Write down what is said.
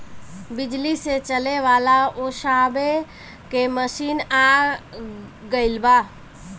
बिजली से चले वाला ओसावे के मशीन आ गइल बा